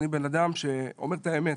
אני בן אדם שאומר את האמת,